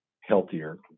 healthier